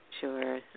Sure